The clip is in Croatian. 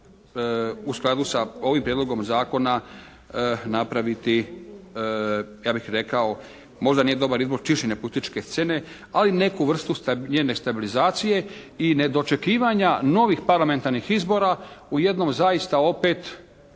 u skladu sa ovim prijedlogom zakona napraviti ja bih rekao možda nije izbor, čišćenje političke scene, ali neku vrstu njene stabilizacije i nedočekivanja novih parlamentarnih izbora u jednom zaista opet